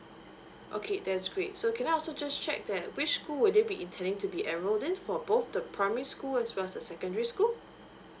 okay that's great so can I also just check that which school would they be intending to be enrolled in for both the primary school as well the secondary school